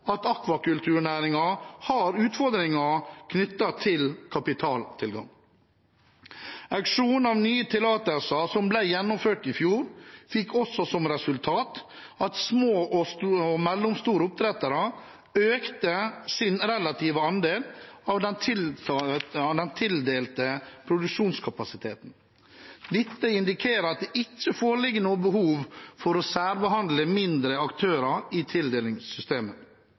at akvakulturnæringen har utfordringer knyttet til kapitaltilgang. Auksjonen av nye tillatelser som ble gjennomført i fjor, fikk også som resultat at små og mellomstore oppdrettere økte sin relative andel av den tildelte produksjonskapasiteten. Dette indikerer at det ikke foreligger noe behov for å særbehandle mindre aktører i tildelingssystemet.